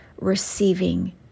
receiving